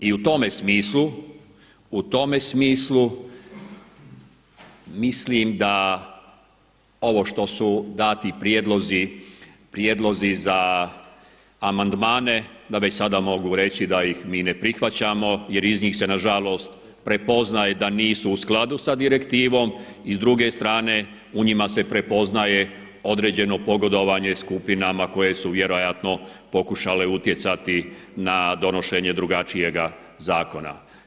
I u tome smislu, u tome smislu mislim da ovo što su dani prijedlozi za amandmane da već sada mogu reći da ih mi ne prihvaćamo jer iz njih se nažalost prepoznaje da nisu u skladu sa direktivom i s druge strane u njima se prepoznaje određeno pogodovanje skupinama koje su vjerojatno pokušale utjecati na donošenje drugačijega zakona.